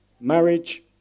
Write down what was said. marriage